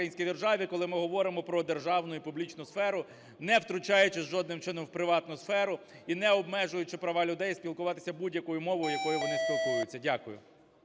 коли ми говоримо про державну і публічну сферу, не втручаючись жодним чином в приватну сферу і не обмежуючи права людей, спілкуватися будь-якою мовою, якою вони спілкуються. Дякую.